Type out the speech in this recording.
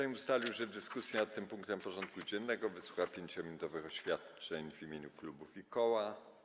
Sejm ustalił, że w dyskusji nad tym punktem porządku dziennego wysłucha 5-minutowych oświadczeń w imieniu klubów i koła.